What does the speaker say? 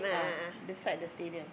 ah beside the stadium